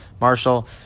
Marshall